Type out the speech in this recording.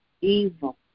evil